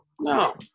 No